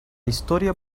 historia